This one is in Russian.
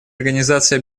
организации